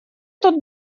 тут